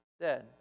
dead